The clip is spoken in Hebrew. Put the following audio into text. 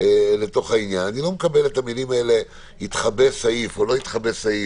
אני לא מקבל את המילים "התחבא סעיף" או לא "התחבא סעיף".